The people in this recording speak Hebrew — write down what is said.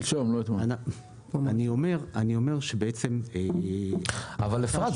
אני אומר -- אבל אפרת,